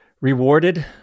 rewarded